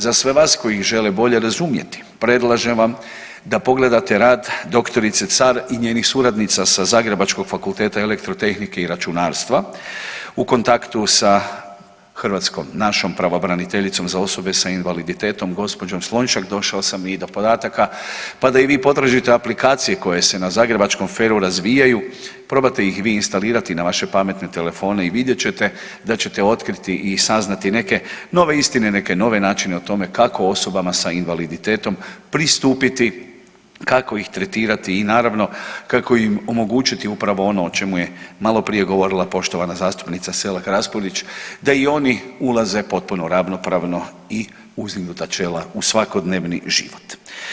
Za sve vas koji ih žele bolje razumjeti predlažem vam da pogledate rad doktorice Car i njenih suradnica sa Zagrebačkog fakulteta elektrotehnike i računarstva u kontaktu sa hrvatskom našom pravobraniteljicom za osobe sa invaliditetom gospođom Slonjšak došao sam i do podataka, pa da i vi potražite aplikacije koje se na zagrebačkom FER-u razvijaju, probate ih vi instalirati na vaše pametne telefone i vidjet ćete da ćete otkriti i saznati neke nove istine, neke nove načine o tome kako osobama sa invaliditetom pristupiti, kako ih tretirati i naravno kako im omogućiti upravo ono o čemu je malo prije govorila poštovana zastupnica Selak-Raspudić, da i oni ulaze potpuno ravnopravno i uzdignuta čela u svakodnevni život.